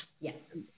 Yes